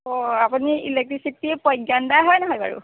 অঁ আপুনি ইলেক্ট্ৰিচিটি প্ৰজ্ঞানদা হয় নহয় বাৰু